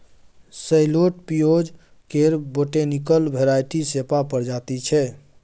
सैलोट पिओज केर botanical variety सेपा प्रजाति छै